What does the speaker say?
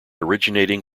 originating